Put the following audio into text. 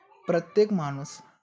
प्रत्येक माणूस